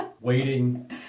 waiting